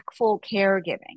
caregiving